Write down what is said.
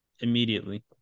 immediately